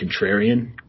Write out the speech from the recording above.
contrarian